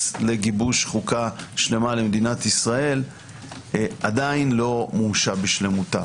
לגיבוש חוקה למדינת ישראל עדיין לא מומשה בשלמותה.